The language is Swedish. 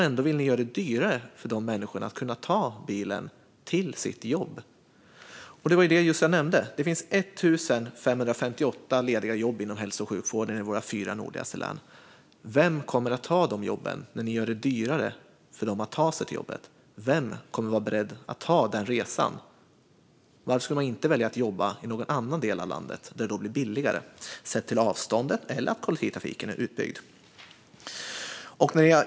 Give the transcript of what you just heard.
Ändå vill ni göra det dyrare för de människorna att ta bilen till sina jobb. Som jag just nämnde finns det 1 558 lediga jobb inom hälso och sjukvården i våra fyra nordligaste län. Vem kommer att ta de jobben när ni gör det dyrare för människor att ta sig till jobbet? Vem kommer att vara beredd att göra den resan? Varför skulle man inte välja att jobba i någon annan del av landet, där det blir billigare antingen på grund av kortare avstånd eller på grund av att kollektivtrafiken är utbyggd?